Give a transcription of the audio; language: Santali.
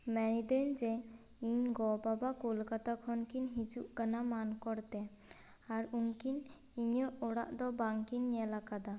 ᱢᱮᱱ ᱤᱫᱟᱹᱧ ᱡᱮ ᱤᱧ ᱜᱚᱼᱵᱟᱵᱟ ᱠᱳᱞᱠᱟᱛᱟ ᱠᱷᱚᱱ ᱠᱤᱱ ᱦᱤᱡᱩᱜ ᱠᱟᱱᱟ ᱢᱟᱱᱠᱚᱨ ᱛᱮ ᱟᱨ ᱩᱱᱠᱤᱱ ᱤᱧᱟᱹᱜ ᱚᱲᱟᱜ ᱫᱚ ᱵᱟᱝ ᱠᱤᱱ ᱧᱮᱞ ᱟᱠᱟᱫᱟ